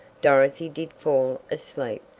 dorothy did fall asleep,